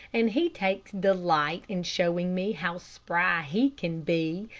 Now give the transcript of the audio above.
and he takes delight in showing me how spry he can be,